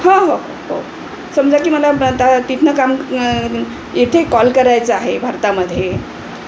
हो हो हो हो समजा की मला आता तिथून काम इथे कॉल करायचं आहे भारतामध्ये